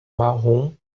marrom